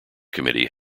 committee